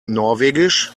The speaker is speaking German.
norwegisch